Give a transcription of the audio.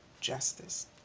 justice